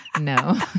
No